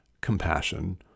compassion